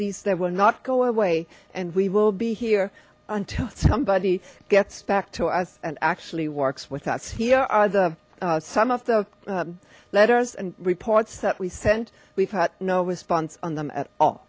these they will not go away and we will be here until somebody gets back to us and actually works with us here are the some of the letters and reports that we sent we've had no response on them at all